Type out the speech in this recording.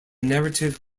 narrative